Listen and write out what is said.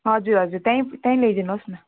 हजुर हजुर त्यहीँ त्यहीँ ल्याइदिनु होस् न